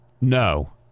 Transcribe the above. No